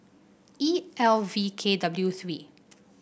E L V K W three